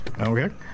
Okay